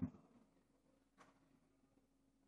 מתנצל, בבקשה.